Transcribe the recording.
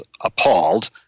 appalled